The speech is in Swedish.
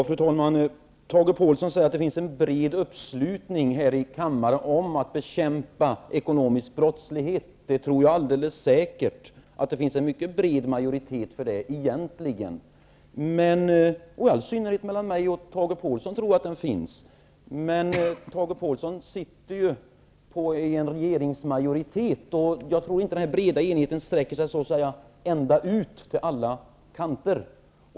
Fru talman! Tage Pålsson säger att det finns en bred uppslutning här i kammaren om att bekämpa ekonomisk brottslighet -- det tror jag alldeles säkert. Jag tror att det egentligen finns en mycket bred majoritet för det. I all synnerhet tror jag att jag och Tage Pålsson är ense om det. Men Tage Pålsson sitter ju på en regeringsmajoritet, och jag tror inte att den breda enigheten sträcker sig så att säga ända ut till alla kanter.